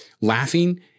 laughing